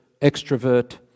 extrovert